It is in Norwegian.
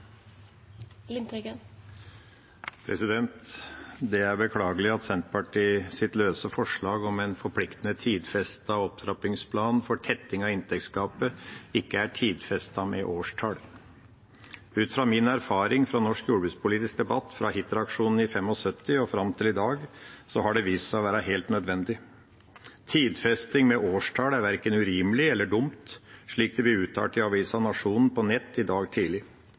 beklagelig at Senterpartiets løse forslag om en forpliktende tidfestet opptrappingsplan for tetting av inntektsgapet ikke er tidfestet med årstall. Ut fra min erfaring fra norsk jordbrukspolitisk debatt, fra Hitra-aksjonen i 1975 og fram til i dag, har det vist seg å være helt nødvendig. Tidfesting med årstall er verken urimelig eller dumt, slik det ble uttalt i avisa Nationen på nett i dag tidlig.